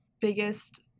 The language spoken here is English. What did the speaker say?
biggest